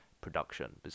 production